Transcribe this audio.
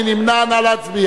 מי נמנע?